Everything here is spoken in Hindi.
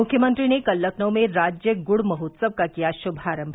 मुख्यमंत्री ने कल लखनऊ में राज्य गुड़ महोत्सव का किया शुभारम्भ